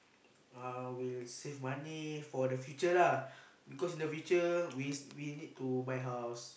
I will save money for the future lah because in the future we need to buy house